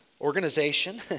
organization